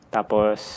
Tapos